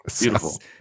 Beautiful